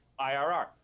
IRR